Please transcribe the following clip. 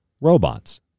robots